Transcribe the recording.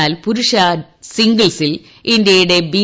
എന്നാൽ പുരുഷ സിംഗിൾസിൽ ഇന്ത്യയുടെ ബി